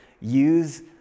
use